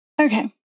Okay